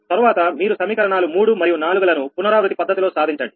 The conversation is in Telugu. తర్వాత మీరు సమీకరణాలు మూడు మరియు నాలుగు లను పునరావృత్తి పద్ధతిలో సాధించండి